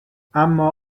اما